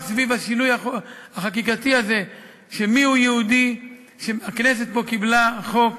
רק סביב השינוי החקיקתי הזה של "מיהו יהודי" הכנסת פה קיבלה חוק